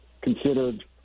considered